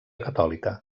catòlica